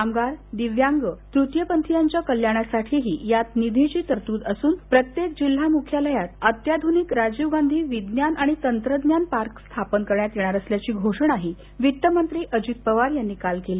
कामगार दिल्यांग तृतीय पंथीयांच्या कल्याणासाठीही यात निधीची तरतूद असून प्रत्येक जिल्हा मुख्यालयात अत्याध्रनिक राजीव गांधी विज्ञान आणि तंत्रज्ञान पार्क स्थापन केलं जाणार असल्याची घोषणाही वित्त मंत्री अजित पवार यांनी काल केली